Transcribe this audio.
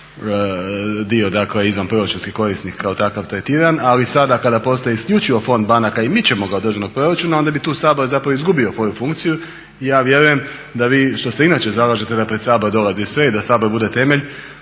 bio dio izvanproračunskih korisnika kao takav tretiran, ali sada kada isključivo postoji fond banaka i mi ćemo ga od državnog proračuna i onda bi tu Sabor izgubio svoju funkciju. Ja vjerujem da vi što se inače zalažete za pred Sabor dolazi sve i da Sabor bude temelj,